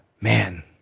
man